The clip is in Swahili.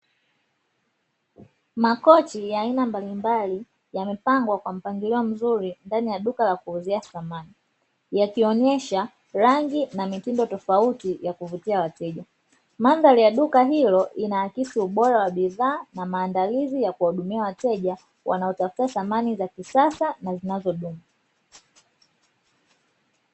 Makochi ya aina mbalimbali yamepangwa kwa mpangilio mzuri ndani ya duka la kuuzia samani, yakionesha rangi na mitindo tofauti ya kuvutia, mandhari ya duka hilo inaakisi ubora wa bidhaa na maandalizi ya kuwahudumia wateja wanaotafuta samani za kisasa na zinazodumu.